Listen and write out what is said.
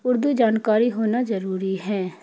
اردو جانکاری ہونا ضروری ہے